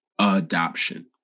adoption